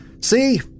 See